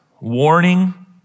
warning